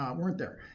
um weren't there?